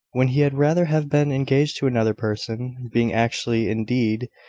when he had rather have been engaged to another person being actually, indeed,